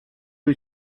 wyt